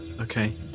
Okay